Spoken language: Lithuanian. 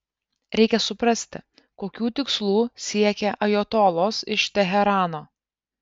reikia suprasti kokių tikslų siekia ajatolos iš teherano